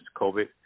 COVID